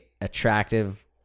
attractive